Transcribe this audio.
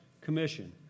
commission